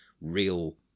real